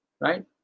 right